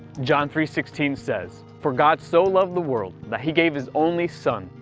john three sixteen says, for god so loved the world, that he gave his only son,